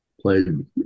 Played